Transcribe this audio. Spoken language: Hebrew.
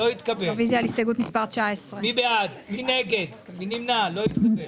הצבעה הרוויזיה לא אושרה.